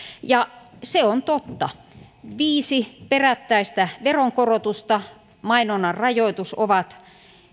ja se on totta viisi perättäistä veronkorotusta ja mainonnan rajoitus ovat